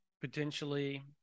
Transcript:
potentially